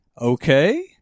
okay